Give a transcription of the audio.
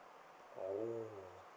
oh